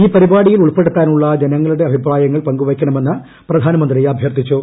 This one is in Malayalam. ഈ പരിപാടിയിൽ ഉൾപ്പെടുത്താനുള്ള ജനങ്ങളുടെ അഭിപ്രായങ്ങൾ പങ്കുവെയ്ക്കണമെന്ന് പ്രധാനമന്ത്രി അഭ്യർത്ഥിച്ചു